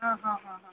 ಹಾಂ ಹಾಂ ಹಾಂ ಹಾಂ